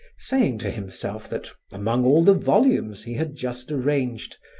saying to himself that, among all the volumes he had just arranged,